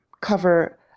cover